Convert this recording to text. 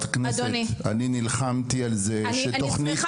אני נלחמתי על זה שתוכנית